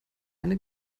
eine